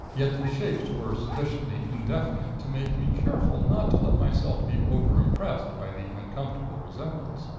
yet, the shapes were sufficiently indefinite to make me careful not to let myself be overimpressed by the uncomfortable resemblance,